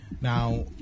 Now